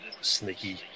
sneaky